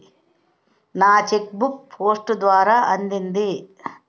నా cheque book post ద్వారా అందింది